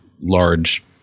large